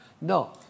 No